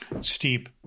steep